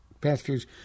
pastors